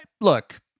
look